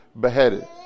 beheaded